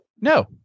No